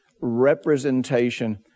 representation